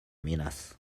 minas